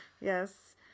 Yes